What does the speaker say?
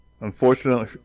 unfortunately